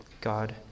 God